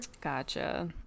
Gotcha